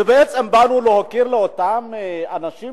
ובעצם באנו להוקיר את אותם אנשים